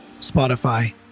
Spotify